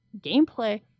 gameplay